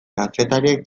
kazetariek